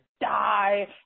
die